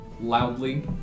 loudly